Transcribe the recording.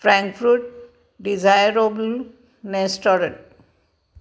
Frankfurt desirable restaurant